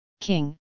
king